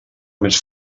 més